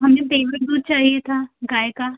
हमें पेवर दूध चाहिए था गाय का